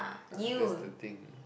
uh that's the thing